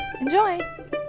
Enjoy